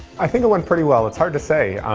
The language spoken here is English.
i think it went pretty well. it's hard to say.